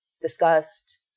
discussed